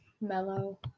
mellow